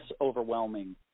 overwhelming